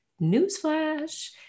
newsflash